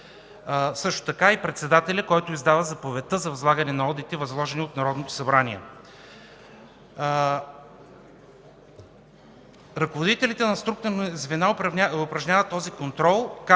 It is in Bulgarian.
Също така и председателят, който издава заповедта за възлагане на одити, възложени от Народното събрание. Ръководителите на структурните звена упражняват този контрол.